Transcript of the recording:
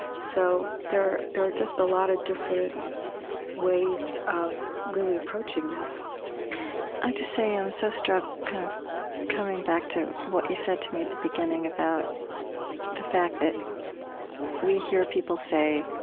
so there there are just a lot of different ways of really approaching this i have to say, i'm so struck, kind of coming back to what you said to me at the beginning, about the fact that we hear people say